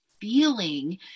feeling